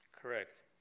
correct